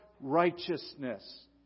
righteousness